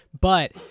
But-